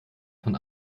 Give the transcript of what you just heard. von